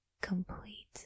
complete